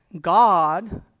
God